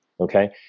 okay